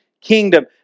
kingdom